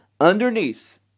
underneath